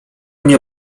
nie